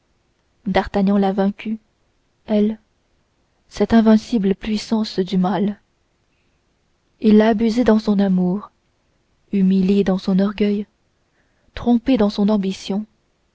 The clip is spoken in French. d'artagnan l'a vaincue elle cette invincible puissance du mal il l'a abusée dans son amour humiliée dans son orgueil trompée dans son ambition